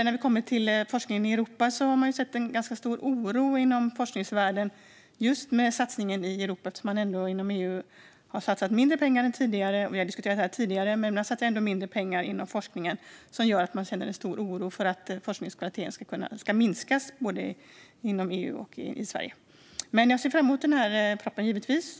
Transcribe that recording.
När det gäller forskningen i Europa har man inom forskningsvärlden sett en ganska stor oro just för satsningen i Europa, eftersom man inom EU ändå har satsat mindre pengar än tidigare. Vi har diskuterat detta tidigare. Det satsas mindre pengar inom forskningen, vilket gör att man känner en stor oro för att forskningskvaliteten ska minska både inom EU och i Sverige. Jag ser dock fram emot propositionen, givetvis.